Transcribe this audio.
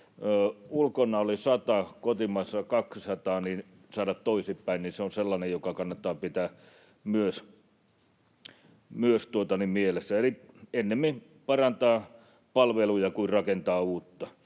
ulkona oli 100 ja kotimaassa 200, niin saataisiin se toisinpäin, on sellainen, joka myös kannattaa pitää mielessä. Eli ennemmin parannetaan palveluja kuin rakennetaan uutta.